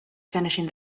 finishing